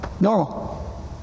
normal